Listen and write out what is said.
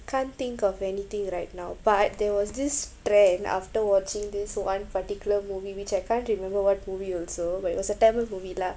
can't think of anything right now but there was this trend after watching this one particular movie which I can't remember what movie also but it was a tamil movie lah